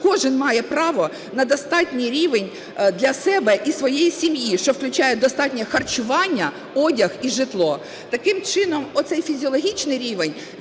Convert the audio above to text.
кожний має право на достатній рівень для себе і своєї сім'ї, що включає достатнє харчування, одяг і житло. Таким чином, оцей фізіологічний рівень, він має